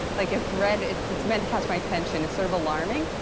like if red, it's it's meant to catch my attention, it's sort of alarming.